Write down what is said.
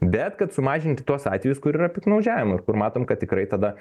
bet kad sumažinti tuos atvejus kur yra piktnaudžiavimo ir kur matom kad tikrai tada